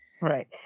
Right